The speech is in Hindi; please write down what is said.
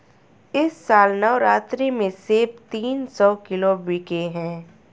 इस साल नवरात्रि में सेब तीन सौ किलो बिके हैं